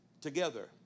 together